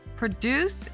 Produce